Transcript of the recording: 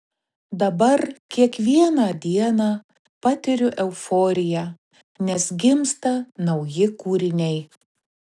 dabar kiekvieną dieną patiriu euforiją nes gimsta nauji kūriniai